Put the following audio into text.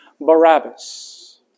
Barabbas